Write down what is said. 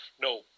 No